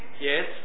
Yes